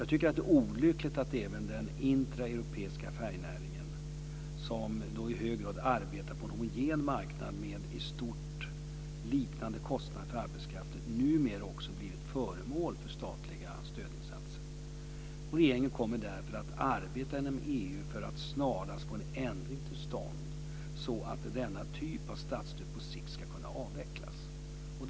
Jag tycker att det är olyckligt att den intra-europeiska färjenäringen, som i hög grad arbetar på en homogen marknad med i stort sett liknande kostnader för arbetskraften, numera har blivit föremål för statliga stödinsatser. Regeringen kommer därför att arbeta med EU för att snarast få en ändring till stånd, så att denna typ av statsstöd på sikt ska kunna avvecklas.